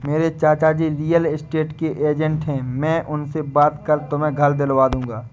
मेरे चाचाजी real estate के एजेंट है मैं उनसे बात कर तुम्हें घर दिलवा दूंगा